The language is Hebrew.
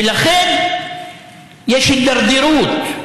ולכן יש הידרדרות.